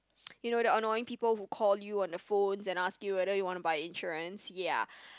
you know the annoying people who call you on the phone and ask you whether you want to buy insurance ya